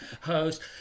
host